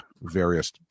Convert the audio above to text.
various